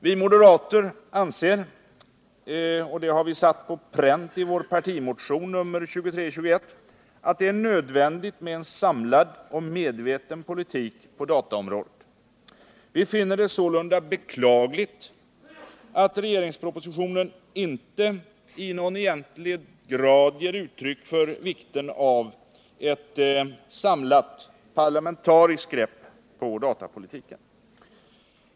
Vi moderater anser, och det har vi satt på pränt i vår partimotion nr 2321, att det är nödvändigt med en samlad och medveten politik på dataområdet. Vi finner det sålunda beklagligt att regeringspropositionen inte i någon egentlig grad ger uttryck för vikten av ett samlat parlamentariskt grepp på datapolitiken.